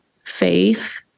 faith